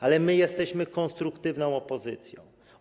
Ale my jesteśmy konstruktywną opozycją.